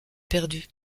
perdue